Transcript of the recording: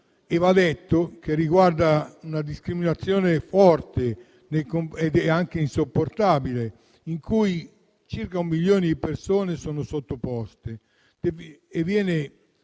va detto, riguarda una discriminazione forte e insopportabile cui circa un milione di persone sono sottoposte: si